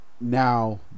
now